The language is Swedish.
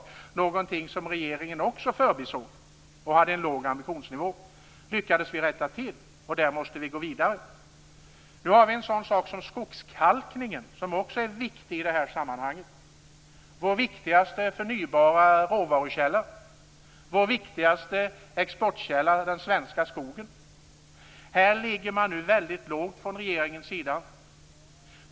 Det var någonting som regeringen också förbisåg, och man hade en låg ambitionsnivå. Det lyckades vi rätta till, och där måste vi gå vidare. En sak som skogskalkning är också viktig i detta sammanhang. Vår viktigaste förnybara råvarukälla och vår viktigaste exportkälla är den svenska skogen. Här ligger man nu väldigt lågt från regeringens sida.